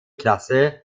klasse